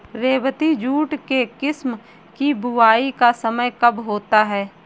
रेबती jute के किस्म की बुवाई का समय कब होता है?